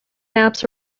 maps